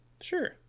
sure